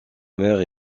mère